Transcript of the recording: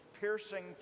piercing